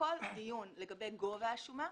וכל דיון לגבי גובה השומה,